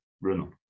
Bruno